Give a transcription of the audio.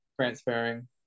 transferring